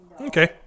Okay